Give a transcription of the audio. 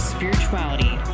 Spirituality